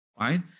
right